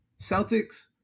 Celtics